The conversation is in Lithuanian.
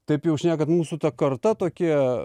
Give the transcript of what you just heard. taip jau šnekant mūsų ta karta tokia